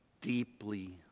deeply